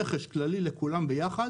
רכב שללי לכולם ביחד.